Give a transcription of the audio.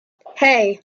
hey